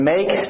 Make